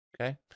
Okay